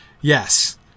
Yes